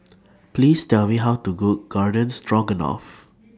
Please Tell Me How to Cook Garden Stroganoff